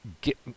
get